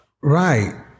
Right